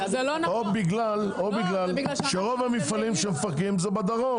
או בגלל שרוב המפעלים שמפרקים זה בדרום.